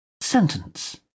Sentence